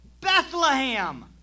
Bethlehem